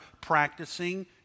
practicing